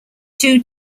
two